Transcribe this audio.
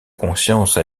conscience